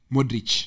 Modric